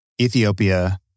Ethiopia